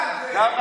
גם רק ערבים?